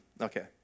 okay